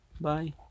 Bye